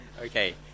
Okay